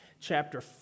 chapter